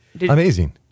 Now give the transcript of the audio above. Amazing